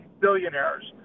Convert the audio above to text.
billionaires